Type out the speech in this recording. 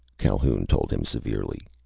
calhoun told him severely.